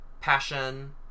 passion